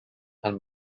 and